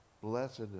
blessed